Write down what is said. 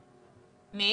--- אוקיי.